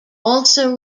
also